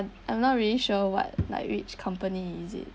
I'm not really sure what like which company is it